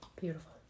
Beautiful